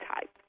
type